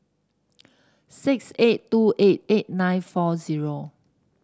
six eight two eight eight nine four zero